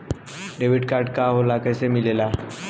Debit card का होला कैसे मिलेला?